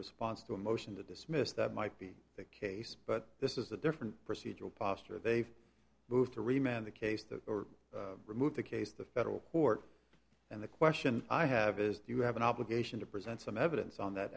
response to a motion to dismiss that might be the case but this is a different procedural posture they've moved to remain the case or remove the case the federal court and the question i have is you have an obligation to present some evidence on that